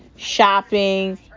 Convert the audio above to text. shopping